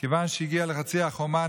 כיוון שהגיע לחצי החומה,